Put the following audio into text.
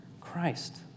Christ